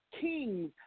kings